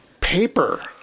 paper